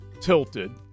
tilted